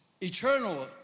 eternal